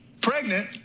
pregnant